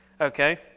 Okay